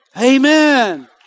Amen